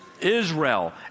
Israel